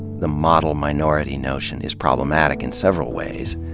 the model minority notion is problematic in several ways.